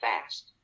fast